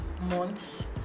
months